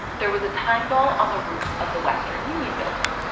there was a time ball on the roof of the western union building.